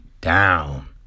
down